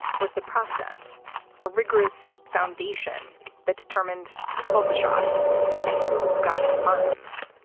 was the process a rigorous foundation that determined who called the shots and who got the funds?